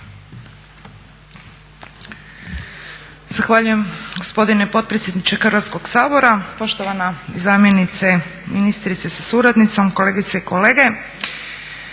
Zahvaljujem gospodine potpredsjedniče Hrvatskog sabora. Poštovana zamjenice ministrice sa suradnicom, kolegice i kolege.